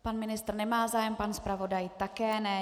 Pan ministr nemá zájem, pan zpravodaj také ne.